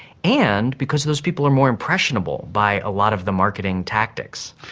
and because those people are more impressionable by a lot of the marketing tactics.